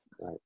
right